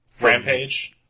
Rampage